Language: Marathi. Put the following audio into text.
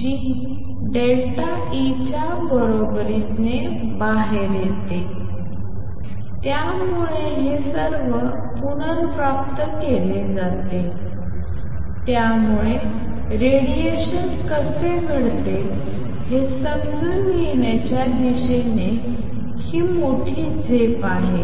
जी ΔE च्या बरोबरीने बाहेर येतो त्यामुळे हे सर्व पुनर्प्राप्त केले जाते त्यामुळे रेडिएशन कसे घडते हे समजून घेण्याच्या दिशेने ही मोठी झेप होती